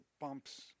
bumps